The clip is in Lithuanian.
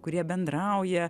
kurie bendrauja